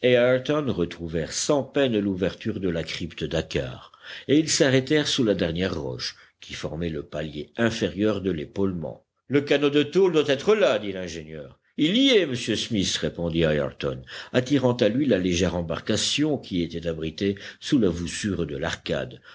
ayrton retrouvèrent sans peine l'ouverture de la crypte dakkar et ils s'arrêtèrent sous la dernière roche qui formait le palier inférieur de l'épaulement le canot de tôle doit être là dit l'ingénieur il y est monsieur smith répondit ayrton attirant à lui la légère embarcation qui était abritée sous la voussure de l'arcade